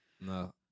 No